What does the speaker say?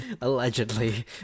Allegedly